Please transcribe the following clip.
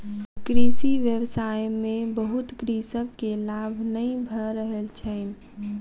कृषि व्यवसाय में बहुत कृषक के लाभ नै भ रहल छैन